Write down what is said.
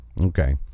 Okay